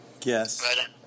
Yes